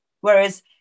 Whereas